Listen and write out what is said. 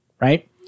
Right